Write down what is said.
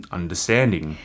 understanding